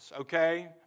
okay